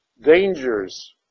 dangers